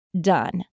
done